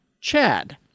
Chad